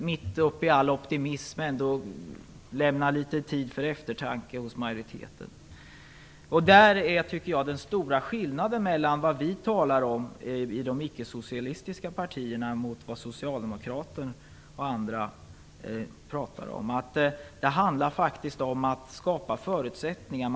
Mitt uppe i all optimism borde detta ändå lämna litet utrymme för eftertanke hos majoriteten. Den stora skillnaden mellan vad vi i de ickesocialistiska partierna talar om mot vad socialdemokrater och andra talar om är att det faktiskt handlar om att skapa förutsättningar.